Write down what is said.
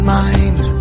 mind